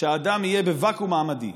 שאדם יהיה בוואקום מעמדי,